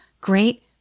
great